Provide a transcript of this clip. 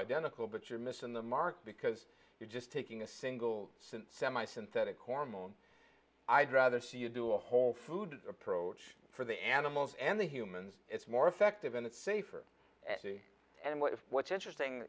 identical but you're missing the mark because you're just taking a single cent semi synthetic hormone i'd rather see you do a whole foods approach for the animals and the humans it's more effective and it's safer and what if what's interesting